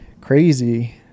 crazy